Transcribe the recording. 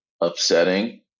upsetting